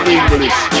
English